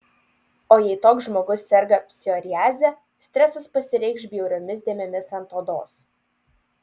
o jei toks žmogus serga psoriaze stresas pasireikš bjauriomis dėmėmis ant odos